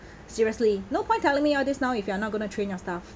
seriously no point telling me all this now if you are not gonna train your stuff